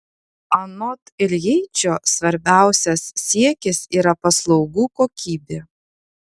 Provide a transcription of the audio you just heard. anot iljeičio svarbiausias siekis yra paslaugų kokybė